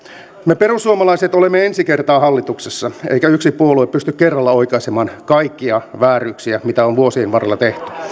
me perussuomalaiset olemme ensi kertaa hallituksessa eikä yksi puolue pysty kerralla oikaisemaan kaikkia vääryyksiä mitä on vuosien varrella tehty